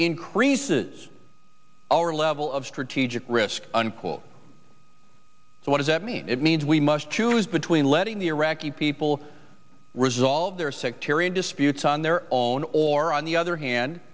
increases our level of strategic risk unquote so what does that mean it means we must choose between letting the iraqi people resolve their sectarian disputes on their own or on the other hand